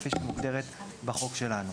כפי שמוגדרת בחוק שלנו.